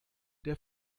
der